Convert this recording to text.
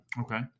Okay